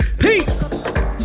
Peace